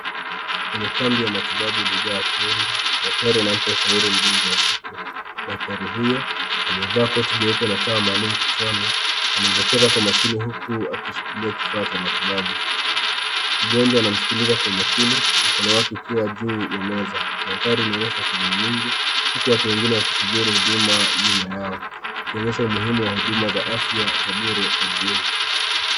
Kwenye kambi ya matibabu iliyojaa watu wengi daktari anaposhauri mgonjwa wa kike. Daktari huyo aliyevaa koti jeupe na kifaa maalum kijwani anadekeza kwa makini huku akishikilia kifaa cha matibabu. Mgonjwa anamsikiliza kwa makini, mkono wake ukiwa juu ya meza. Daktari anaonyesha shuguli nyingi huku watu wengine wakisubiri huduma nyuma yao. Kuonyesha umuhimu wa hudumu wa afya za bure kwa jamii.